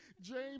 James